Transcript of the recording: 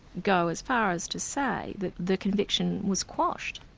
go as far as to say that the conviction was quashed.